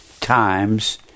times